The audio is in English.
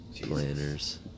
planners